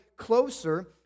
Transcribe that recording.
Closer